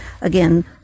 again